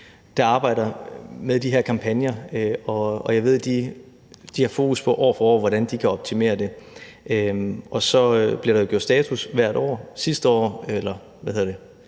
der arbejder med de her kampagner, og jeg ved, at de har fokus på år for år, hvordan de kan optimere det, og så bliver der gjort status hvert år. Ved det her årsskifte så